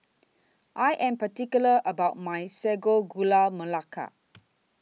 I Am particular about My Sago Gula Melaka